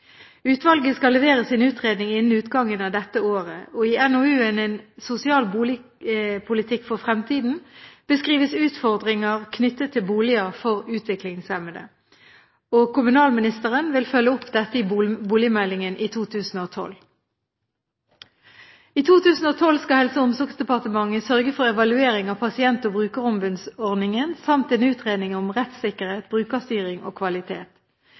Utvalget skal levere sin utredning innen utgangen av dette året. I NOU-en «Rom for alle. En sosial boligpolitikk for framtiden» beskrives utfordringer knyttet til boliger for utviklingshemmede. Kommunalministeren vil følge opp dette i boligmeldingen i 2012. I 2012 skal Helse- og omsorgsdepartementet sørge for evaluering av pasient- og brukerombudsordningen samt en utredning om rettssikkerhet, brukerstyring og kvalitet.